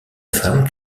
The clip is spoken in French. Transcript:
femme